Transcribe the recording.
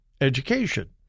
education